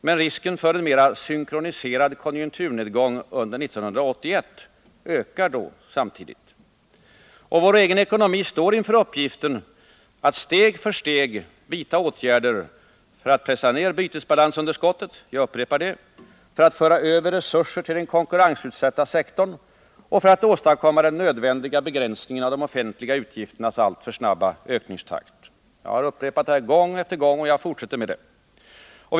Men risken för en mer synkroniserad konjunkturnedgång under 1981 ökar samtidigt. Vår egen ekonomi står inför uppgiften att steg för steg vidta åtgärder för att pressa ned bytesbalansunderskottet, att föra över resurser till den konkurrensutsatta sektorn och att åstadkomma den nödvändiga begränsningen av de offentliga utgifternas alltför snabba ökningstakt. Jag har upprepat detta gång efter gång, och jag fortsätter att göra det.